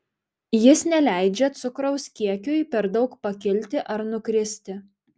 jis neleidžia cukraus kiekiui per daug pakilti ar nukristi